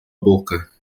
boca